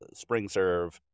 SpringServe